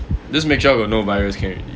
just make sure got no virus can already